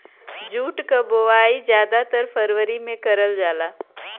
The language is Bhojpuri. जूट क बोवाई जादातर फरवरी में करल जाला